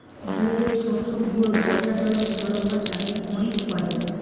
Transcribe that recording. যে শস্য ভুঁইয়ত বর্ষাকালত ফলন হই তাকে খরিফ কহে